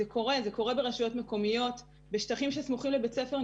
זה קורה ברשויות מקומיות בשטחים שסמוכים לבית הספר,